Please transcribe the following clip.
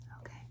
Okay